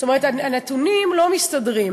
זאת אומרת, הנתונים לא מסתדרים.